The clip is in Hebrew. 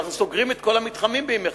אנחנו סוגרים את כל המתחמים בימי חמישי.